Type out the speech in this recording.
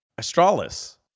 Astralis